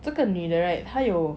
这个女的 right 她有